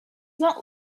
not